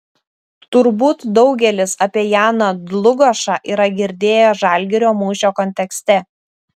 turbūt daugelis apie janą dlugošą yra girdėję žalgirio mūšio kontekste